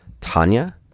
Tanya